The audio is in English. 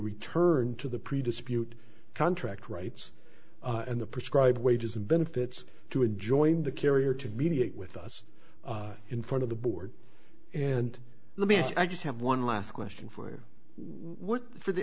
return to the previous bute contract rights and the prescribed wages and benefits to enjoin the carrier to mediate with us in front of the board and let me i just have one last question for what for the